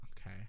okay